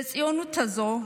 לציונות הזו,